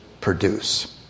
produce